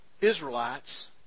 Israelites